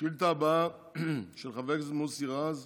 השאילתה הבאה של חבר הכנסת מוסי רז,